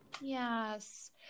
Yes